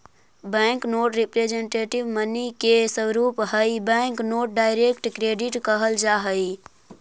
bank note representative money के स्वरूप हई बैंक नोट डायरेक्ट क्रेडिट कहल जा हई